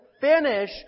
Finish